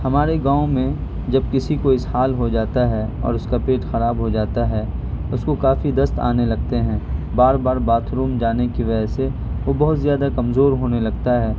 ہمارے گاؤں میں جب کسی کو اسہال ہو جاتا ہے اور اس کا پیٹ خراب ہو جاتا ہے اس کو کافی دست آنے لگتے ہیں بار بار باتھ روم جانے کی وجہ سے وہ بہت زیادہ کمزور ہونے لگتا ہے